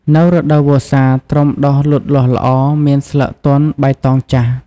នៅរដូវវស្សា ត្រុំដុះលូតលាស់ល្អ មានស្លឹកទន់បៃតងចាស់។